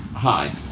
hi!